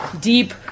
deep